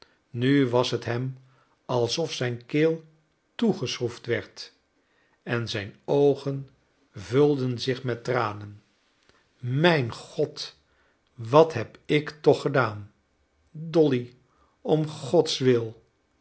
nu was het hem alsof zijn keel toegeschroefd werd en zijn oogen vulden zich met tranen mijn god wat heb ik toch gedaan dolly om godswil